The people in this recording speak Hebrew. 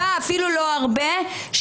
אפילו לא הרבה,